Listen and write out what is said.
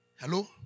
Hello